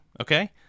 okay